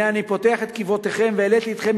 הנה אני פותח את קברותיכם והעליתי אתכם